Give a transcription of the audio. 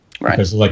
Right